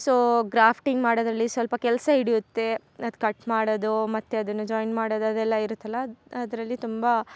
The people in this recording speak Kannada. ಸೋ ಗ್ರಾಪ್ಟಿಂಗ್ ಮಾಡೋದರಲ್ಲಿ ಸ್ವಲ್ಪ ಕೆಲಸ ಹಿಡಿಯುತ್ತೆ ಅದು ಕಟ್ ಮತ್ತೆ ಅದನ್ನು ಜಾಯಿಂಟ್ ಮಾಡೋದು ಅದೆಲ್ಲ ಇರುತ್ತಲ್ಲ ಅದರಲ್ಲಿ ತುಂಬ